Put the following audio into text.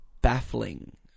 baffling